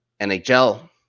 NHL